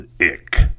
Ick